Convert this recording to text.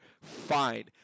fine